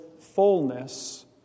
fullness